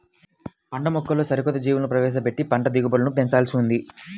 పంటమొక్కల్లోకి సరికొత్త జన్యువులు ప్రవేశపెట్టి పంట దిగుబడులను పెంచాల్సి ఉంది